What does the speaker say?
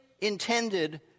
intended